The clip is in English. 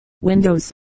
Windows